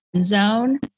zone